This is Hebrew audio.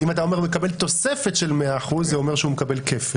אם אתה אומר שהוא מקבל תוספת של 100% זה אומר שהוא מקבל כפל.